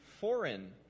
foreign